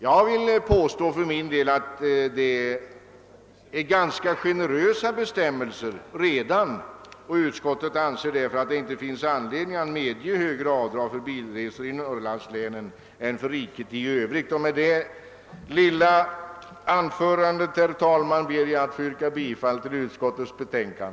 Jag vill påstå att bestämmelserna i verkligheten redan är ganska generösa. Utskottet anser därför att det inte finns anledning att medge högre avdrag för bilresor i Norrlandslänen än för riket i övrigt. Herr talman! Med detta korta anförande ber jag att få yrka bifall till utskottets hemställan.